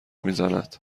میزند